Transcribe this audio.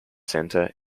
center